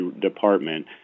department